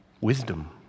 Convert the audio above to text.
Wisdom